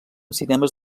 cinemes